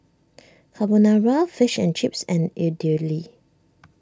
Carbonara Fish and Chips and Idili